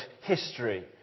history